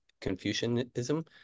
Confucianism